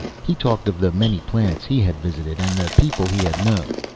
he talked of the many planets he had visited and the people he had known.